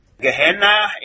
Gehenna